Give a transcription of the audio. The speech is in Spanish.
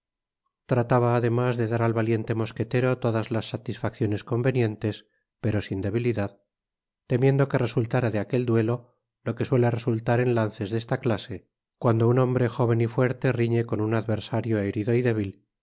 trataba además de dar al valiente mosquetero todas las satisfacciones convenientes pero sin debilidad temiendo que resultára de aquel duelo lo que suele resultar en lances de esta clase cuando un hombre jóven y fuerte rifle con un adversario herido y débil